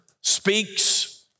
speaks